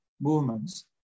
movements